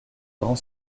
grand